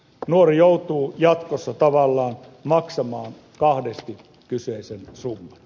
nuori joutuu jatkossa tavallaan maksamaan kahdesti kyseisen summan